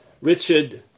Richard